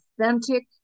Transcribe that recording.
authentic